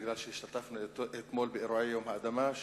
כי השתתפתי אתמול באירועי יום האדמה,